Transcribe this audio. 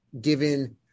given